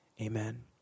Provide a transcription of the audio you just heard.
amen